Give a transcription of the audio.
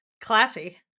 Classy